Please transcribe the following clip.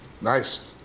Nice